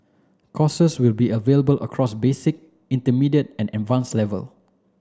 courses will be available across basic intermediate and advanced level